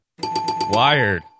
Wired